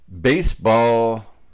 Baseball